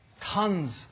tons